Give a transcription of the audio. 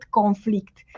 conflict